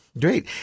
great